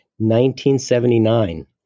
1979